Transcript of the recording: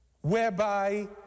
whereby